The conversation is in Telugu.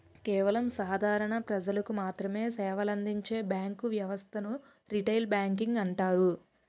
కేవలం సాధారణ ప్రజలకు మాత్రమె సేవలందించే బ్యాంకు వ్యవస్థను రిటైల్ బ్యాంకింగ్ అంటారు